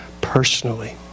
personally